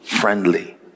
friendly